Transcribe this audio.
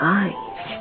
eyes